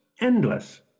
endless